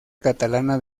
catalana